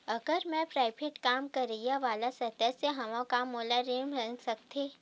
अगर मैं प्राइवेट काम करइया वाला सदस्य हावव का मोला ऋण मिल सकथे?